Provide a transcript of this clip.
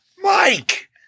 Mike